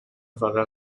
valeur